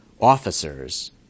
officers